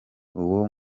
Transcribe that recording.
uwo